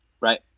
Right